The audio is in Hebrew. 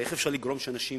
הרי איך אפשר לגרום שאנשים